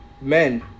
men